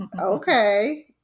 Okay